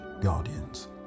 guardians